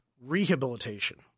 rehabilitation